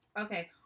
Okay